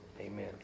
Amen